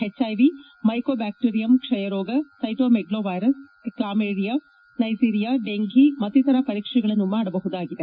ಎಚ್ಐಎ mycobacterium ಕ್ಷಯರೋಗ cytomegalovirus chlamydia neisseria ಡೆಂಫಿ ಮತ್ತಿತರ ಪರೀಕ್ಷೆಗಳನ್ನು ಮಾಡಬಹುದಾಗಿದೆ